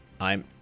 I'm-